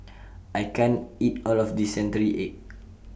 I can't eat All of This Century Egg